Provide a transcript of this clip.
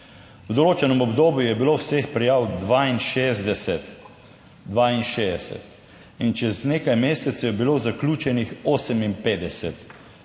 V določenem obdobju je bilo vseh prijav 62. In čez nekaj mesecev je bilo zaključenih 58